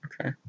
okay